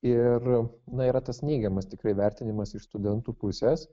ir na yra tas neigiamas tikrai vertinimas iš studentų puses